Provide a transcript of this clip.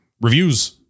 Reviews